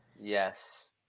Yes